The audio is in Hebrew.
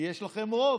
כי יש לכם רוב,